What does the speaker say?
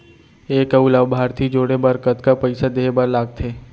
एक अऊ लाभार्थी जोड़े बर कतका पइसा देहे बर लागथे?